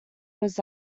was